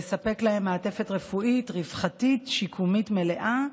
לספק להם מעטפת רפואית רווחתית שיקומית מלאה,